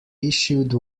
issued